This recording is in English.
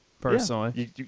Personally